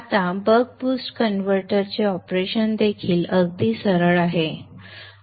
आता buck boost कन्व्हर्टरचे operation देखील अगदी सरळ आहे